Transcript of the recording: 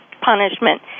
punishment